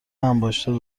انباشته